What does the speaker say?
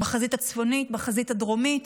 בחזית הצפונית, בחזית הדרומית.